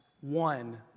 One